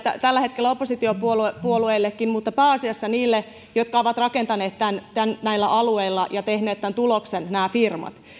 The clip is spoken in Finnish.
tällä hetkellä oppositiopuolueillekin mutta pääasiassa niille jotka ovat rakentaneet näillä alueilla ja tehneet tämän tuloksen näille firmoille